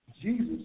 Jesus